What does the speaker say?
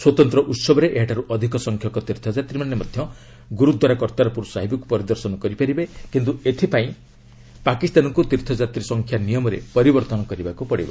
ସ୍ୱତନ୍ତ୍ର ଉତ୍ସବରେ ଏହାଠାରୁ ଅଧିକ ସଂଖ୍ୟକ ତୀର୍ଥଯାତ୍ରୀମାନେ ମଧ୍ୟ ଗୁରୁଦ୍ୱାରା କର୍ତ୍ତାରପୁର ସାହିବକୁ ପରିଦର୍ଶନ କରିପାରିବେ କିନ୍ତୁ ଏଥିପାଇଁ ପାକିସ୍ତାନକୁ ତୀର୍ଥଯାତ୍ରୀ ସଂଖ୍ୟା ନିୟମରେ ପରିବର୍ତ୍ତନ କରିବାକୁ ପଡ଼ିବ